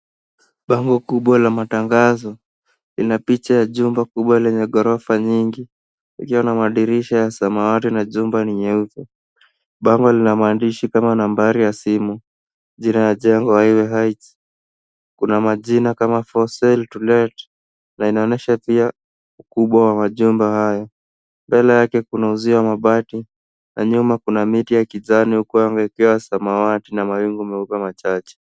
Bango kubwa la matangazo ina picha kubwa ya jumba kubwa lenye maghorofa nyingi ikiwa na madirisha ya samawati na jumba ni nyeupe. Bango lina maandishi kama nambari ya simu, jina ya jengo hiyo Heights. Kuna majina kama for sale, to let na inaonyesha pia ukubwa wa majumba hayo. Mbele yake kuna uzio wa mabati na nyuma kuna miti ya kijani huku yamewekewa samawati na mawingu meupe machache.